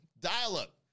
dial-up